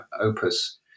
opus